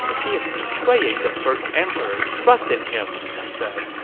he is betraying the first emperor's trust in him! she said.